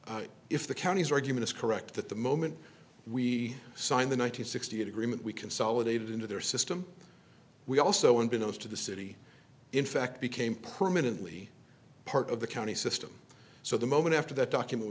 if the counties argument is correct that the moment we signed the nine hundred and sixty eight agreement we consolidated into their system we also unbeknownst to the city in fact became permanently part of the county system so the moment after that document